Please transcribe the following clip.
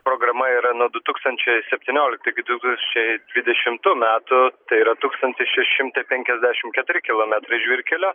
programa yra nuo du tūkstančiai septynioliktų iki du tūkstančiai dvidešimtų metų tai yra tūkstantis šeši šimtai penkiasdešim keturi kilometrai žvyrkelio